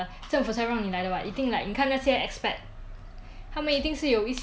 他们一定是有一些 like !wah! they very zai 这样 that's why they they can stay [what]